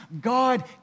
God